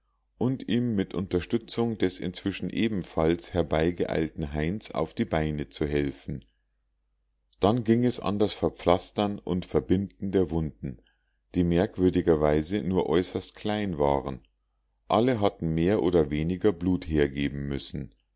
und ihm mit unterstützung des inzwischen ebenfalls herbeigeeilten heinz auf die beine zu helfen dann ging es an das verpflastern und verbinden der wunden die merkwürdigerweise nur äußerst klein waren alle hatten mehr oder weniger blut hergeben müssen